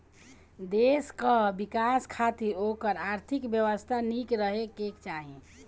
देस कअ विकास खातिर ओकर आर्थिक व्यवस्था निक रहे के चाही